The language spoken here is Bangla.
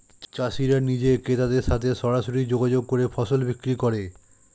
চাষিরা নিজে ক্রেতাদের সাথে সরাসরি যোগাযোগ করে ফসল বিক্রি করে